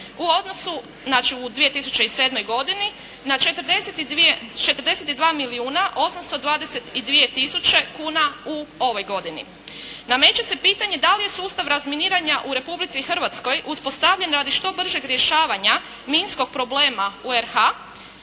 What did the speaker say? u odnosu, znači u 2007. godini, na 42 milijuna 822 tisuće kuna u ovoj godini. Nameće se pitanje da li je sustav razminiranja u Republici Hrvatskoj uspostavljen radi što bržeg rješavanja minskog problema u RH,